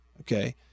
Okay